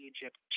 Egypt